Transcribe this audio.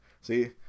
See